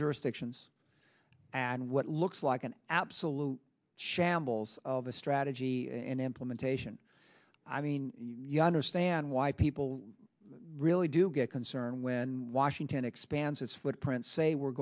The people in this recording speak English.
jurisdictions and what looks like an absolute shambles of a strategy and implementation i mean you understand why people really do get concerned when washington expands its footprint say we're